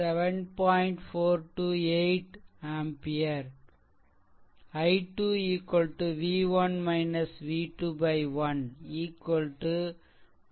428 ampere i 2 v1 v2 1